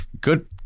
good